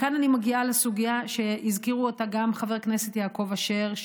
כאן אני מגיעה לסוגיה שהזכיר גם חבר הכנסת יעקב אשר,